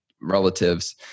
relatives